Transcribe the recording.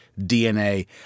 DNA